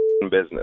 business